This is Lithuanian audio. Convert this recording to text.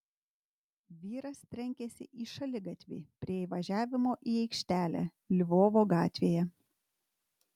vyras trenkėsi į šaligatvį prie įvažiavimo į aikštelę lvovo gatvėje